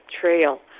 trail